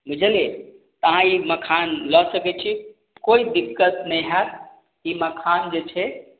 बुझलियै तऽ अहाँ ई मखान लअ सकय छी कोइ दिक्कत नहि होयत ई मखान जे छै